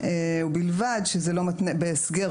ובלבד שזה לא בהסגר,